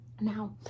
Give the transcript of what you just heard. Now